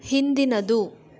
ಹಿಂದಿನದು